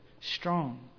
strong